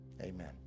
Amen